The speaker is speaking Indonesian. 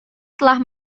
telah